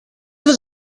was